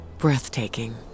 Breathtaking